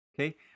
Okay